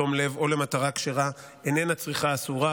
בתום לב או למטרה כשרה איננה צריכה אסורה,